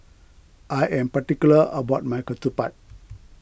I am particular about my Ketupat